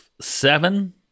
seven